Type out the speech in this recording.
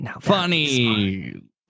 funny